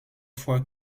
fois